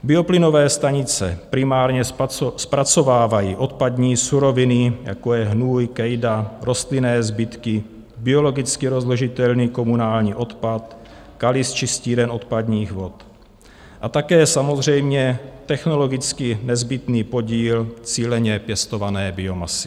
Bioplynové stanice primárně zpracovávají odpadní suroviny, jako je hnůj, kejda, rostlinné zbytky, biologicky rozložitelný komunální odpad, kaly z čistíren odpadních vod a také samozřejmě technologicky nezbytný podíl cíleně pěstované biomasy.